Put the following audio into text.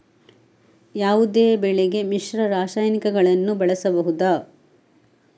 ಯಾವುದೇ ಬೆಳೆಗೆ ಮಿಶ್ರ ರಾಸಾಯನಿಕಗಳನ್ನು ಬಳಸಬಹುದಾ?